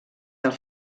del